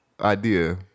idea